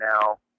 now